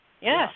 Yes